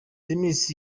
tennis